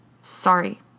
Sorry